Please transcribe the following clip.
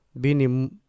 Bini